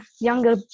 younger